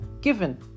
given